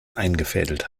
eingefädelt